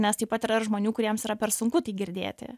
nes taip pat ir yra žmonių kuriems yra per sunku tai girdėti